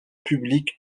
public